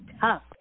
tough